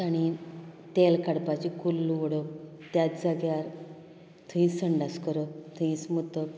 तांणी तेल काडपाची कुल्ल ओडप त्याच जाग्यार थंय संडास करप थंयच मुतप